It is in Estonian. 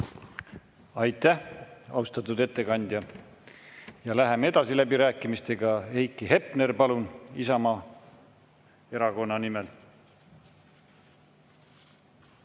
Aitäh, austatud ettekandja! Läheme edasi läbirääkimistega. Heiki Hepner, palun, Isamaa Erakonna nimel!